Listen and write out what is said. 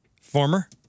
Former